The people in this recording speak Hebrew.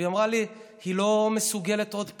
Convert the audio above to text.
והיא אמרה לי שהיא לא מסוגלת עוד פעם,